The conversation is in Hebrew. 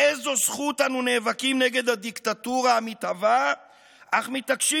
באיזו זכות אנו נאבקים נגד הדיקטטורה המתהווה אך מתעקשים